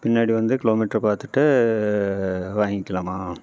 பின்னாடி வந்து kilometre பார்த்துட்டு வாங்கிக்கலாமா